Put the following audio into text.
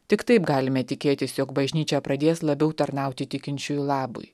tik taip galime tikėtis jog bažnyčia pradės labiau tarnauti tikinčiųjų labui